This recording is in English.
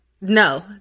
No